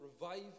Revive